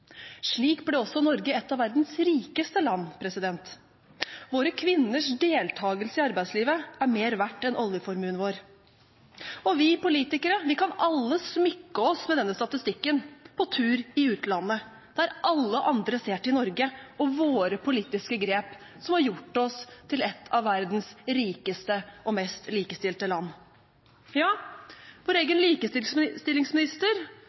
Slik ble også Norge et av verdens rikeste land. Våre kvinners deltagelse i arbeidslivet er mer verdt enn oljeformuen vår. Og vi politikere, vi kan alle smykke oss med denne statistikken på tur i utlandet, der alle andre ser til Norge og våre politiske grep som har gjort oss til et av verdens rikeste og mest likestilte land. Vår